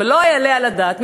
אבל לא יעלה על הדעת,